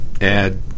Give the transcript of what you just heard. add